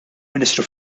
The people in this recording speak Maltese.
ministru